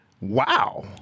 Wow